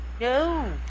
No